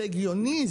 זה הגיוני?